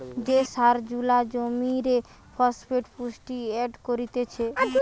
যে সার জুলা জমিরে ফসফেট পুষ্টি এড করতিছে